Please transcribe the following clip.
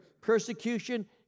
persecution